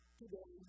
today